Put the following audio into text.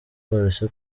polisi